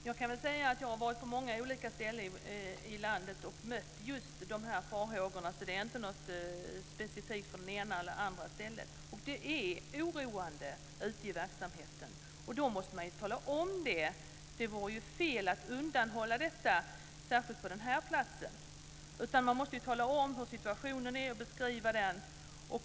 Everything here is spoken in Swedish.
Fru talman! Jag har varit på många olika ställen i landet och mött just de här farhågorna, så det är inte något specifikt för det ena eller det andra stället. Det är oro ute i verksamheten. Då måste man tala om det. Det vore fel att undanhålla detta, särskilt på den här platsen. Man måste tala om hur situationen är, beskriva den.